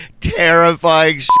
terrifying